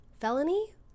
felony